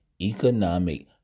economic